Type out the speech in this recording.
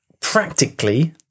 practically